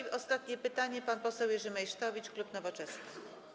I ostatnie pytanie, pan poseł Jerzy Meysztowicz, klub Nowoczesna.